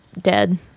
dead